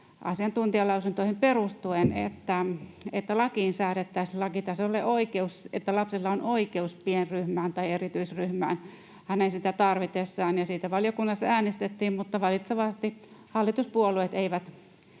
lakitasolle, että lapsella on oikeus pienryhmään tai erityisryhmään hänen sitä tarvitessaan, ja siitä valiokunnassa äänestettiin, mutta valitettavasti hallituspuolueet eivät